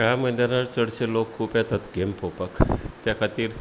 खेळा मैदानार चडशें लोक खूब येतात गेम पोवपाक त्या खातीर